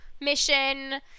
mission